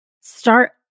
start